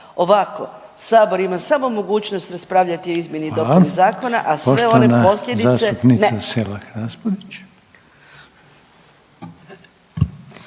Ovako sabor ima samo mogućnost raspravljati o izmjeni i dopuni zakona, a sve one posljedice ne.